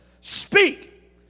Speak